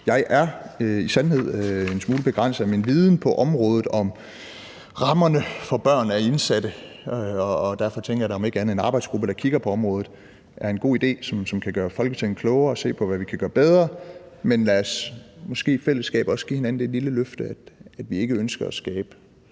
Jeg er i sandhed en smule begrænset af min viden på området om rammerne for børn af indsatte, og derfor tænker jeg da, at det om ikke andet er en god idé med en arbejdsgruppe, der kigger på området. Det kan gøre Folketinget klogere, og vi kan se på, hvad vi kan gøre bedre. Men lad os måske i fællesskab også give hinanden det lille løfte, at vi ikke ønsker at skabe